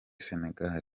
sénégal